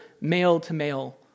male-to-male